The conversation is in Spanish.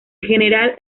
general